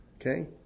okay